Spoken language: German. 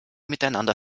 miteinander